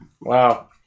Wow